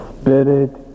Spirit